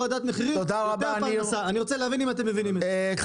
תודה רבה, ניר.